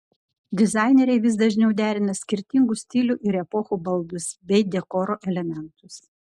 dizaineriai vis dažniau derina skirtingų stilių ir epochų baldus bei dekoro elementus